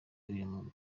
uyu